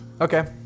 Okay